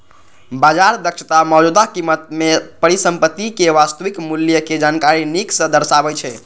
बाजार दक्षता मौजूदा कीमत मे परिसंपत्ति के वास्तविक मूल्यक जानकारी नीक सं दर्शाबै छै